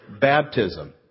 Baptism